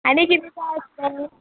आनी कितें जाय आसलें